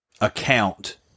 account